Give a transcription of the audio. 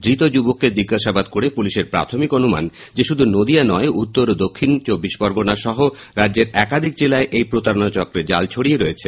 ধৃত যুবককে জিজ্ঞাসাবাদ করে পুলিশের প্রাথমিক অনুমান যে শুধু নদীয়া নয় উত্তর ও দক্ষিণ পরগনা সহ রাজ্যের একাধিক জেলায় এই প্রতারণা চক্রের জাল ছড়িয়ে রয়েছে